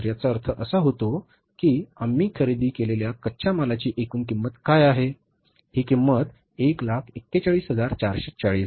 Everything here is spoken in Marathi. तर याचा अर्थ असा होतो की आम्ही खरेदी केलेल्या कच्च्या मालाची एकूण किंमत काय आहे ही किंमत 141440 आहे बरोबर